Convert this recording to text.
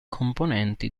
componenti